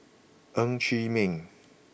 Ng Chee Meng